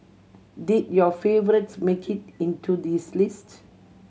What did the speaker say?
did your favourites make it into this list